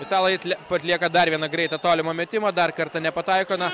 italai atl atlieka dar vieną greitą tolimą metimą dar kartą nepataiko na